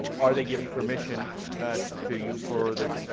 ah or they give information at to you for that